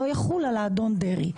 לא יחול על האדון דרעי.